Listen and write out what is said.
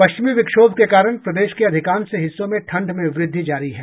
पश्चिमी विक्षोभ के कारण प्रदेश के अधिकांश हिस्सों में ठंड में वृद्धि जारी है